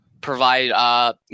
provide